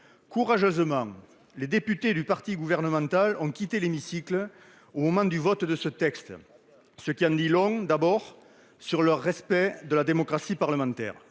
Courageusement, les députés de la majorité gouvernementale ont quitté l'hémicycle au moment du vote sur ce texte, ce qui en dit long sur leur respect de la démocratie parlementaire